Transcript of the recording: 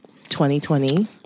2020